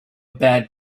bad